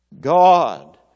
God